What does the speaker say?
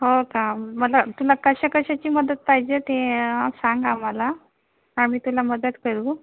हो का मला तुला कशाकशाची मदत पाहिजे ते सांग आम्हाला आम्ही तुला मदत करू